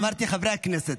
אמרתי "חברי הכנסת".